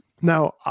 Now